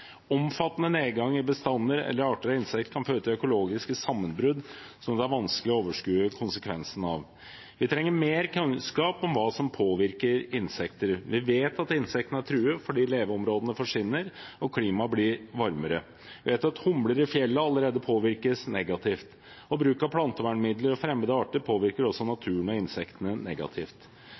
Omfattende nedgang i bestander eller arter av insekter kan føre til økologiske sammenbrudd som det er vanskelig å overskue konsekvensen av. Vi trenger mer kunnskap om hva som påvirker insekter. Vi vet at insektene er truet fordi leveområdene forsvinner og klimaet blir varmere. Vi vet at humler i fjellet allerede påvirkes negativt, og fremmede arter og bruk av plantevernmidler påvirker også naturen og insektene negativt.